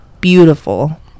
beautiful